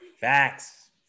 Facts